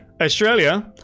Australia